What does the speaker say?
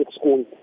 school